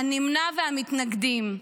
הנמנע והמתנגדים,